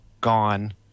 gone